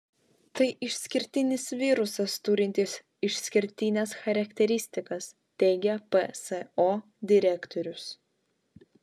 tai išskirtinis virusas turintis išskirtines charakteristikas teigia pso direktorius